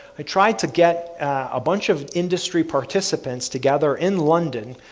i tried to get a bunch of industries participants together in london,